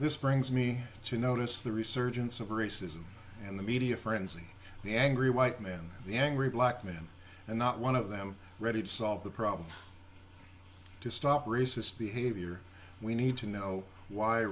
this brings me to notice the resurgence of racism and the media frenzy the angry white man the angry black man and not one of them ready to solve the problem to stop racist behavior we need to know why